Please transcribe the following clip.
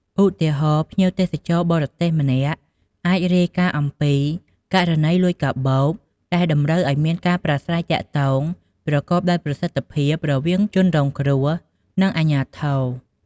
ឧទាហរណ៍ ភ្ញៀវទេសចរបរទេសម្នាក់អាចរាយការណ៍អំពី ករណីលួចកាបូប ដែលតម្រូវឱ្យមានការប្រាស្រ័យទាក់ទងប្រកបដោយប្រសិទ្ធភាពរវាងជនរងគ្រោះ និងអាជ្ញាធរ។